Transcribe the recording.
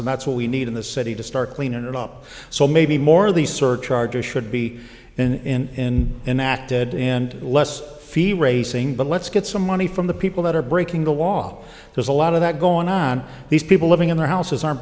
and that's what we need in this city to start cleaning it up so maybe more of these surcharges should be in enacted and less racing but let's get some money from the people that are breaking the law there's a lot of that going on these people living in their houses are